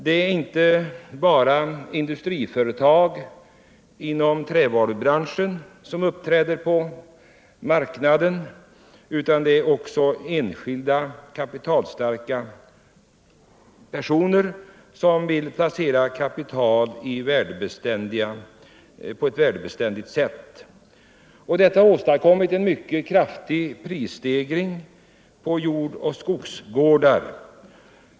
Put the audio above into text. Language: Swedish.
Det är inte bara industriföretag inom trävarubranschen som uppträder på marknaden, utan det är också enskilda kapitalstarka personer som vill placera kapital på ett värdebeständigt sätt. Detta har åstadkommit en mycket kraftig prisstegring på jordoch skogsegendomar.